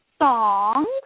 songs